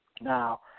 Now